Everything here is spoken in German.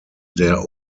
der